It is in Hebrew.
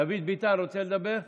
דוד ביטן, רוצה לדבר?